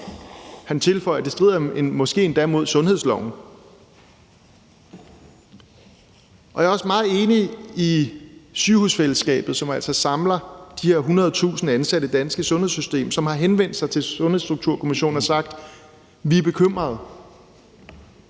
Han tilføjer: Det strider måske endda imod sundhedsloven. Jeg er også meget enig med Sygehussamarbejdet, som altså samler de her 100.000 ansatte i det danske sundhedssystem, som har henvendt sig til Sundhedsstrukturkommissionen og sagt: Vi er bekymret.